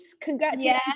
congratulations